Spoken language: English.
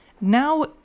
now